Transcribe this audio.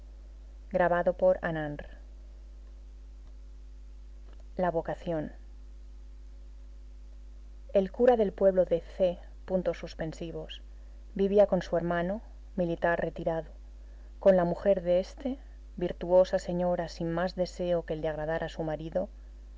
el cura del pueblo de c vivía con su hermano militar retirado con la mujer de este virtuosa señora sin más deseo que el de agradar a su marido